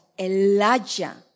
Elijah